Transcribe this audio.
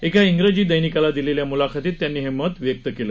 एका इंग्रजी दैनिकाला दिलेल्या म्लाखतीत त्यांनी हे मत व्यक्त केलं